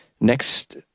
next